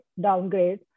downgrade